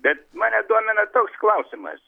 bet mane domina toks klausimas